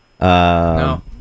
No